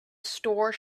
store